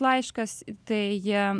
laiškas tai jie